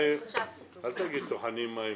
מאיר, אל תגיד טוחנים מים.